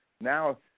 Now